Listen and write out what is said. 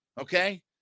okay